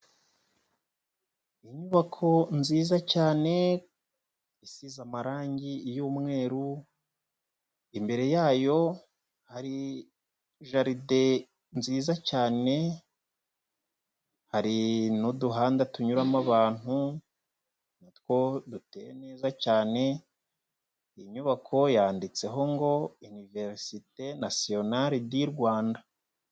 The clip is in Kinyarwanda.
Inyubako, nziza cyane, isize amarangi, y'umweru, imbere yayo, hari jaride, nziza cyane, hari n'uduhanda tunyuramo abantu, natwo, duteye neza cyane, iyi nyubako, yanditseho ngo, Iniverisite nasiyonari di Rwanda.